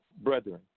brethren